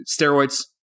Steroids